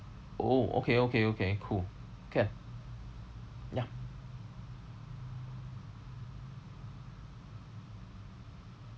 oh okay okay okay cool can ya